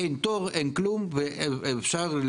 אין תור, אין כלום, ואפשר,